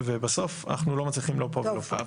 ובסוף אנחנו לא מצליחים לא פה ולא פה.